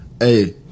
Hey